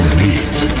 meet